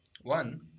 one